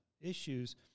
issues